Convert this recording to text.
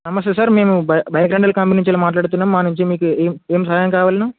నమస్తే సార్ మేము బై బైక్ రెంటల్ కంపెనీ నుంచి మాట్లాడుతున్నాను మా నుంచి మీకు ఏం ఏం సహయం కావాలి